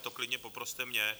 To klidně poproste mě.